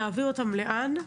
להעביר אותם לאן?